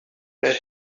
where